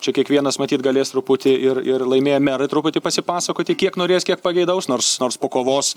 čia kiekvienas matyt galės truputį ir ir laimėję merai truputį pasipasakoti kiek norės kiek pageidaus nors nors po kovos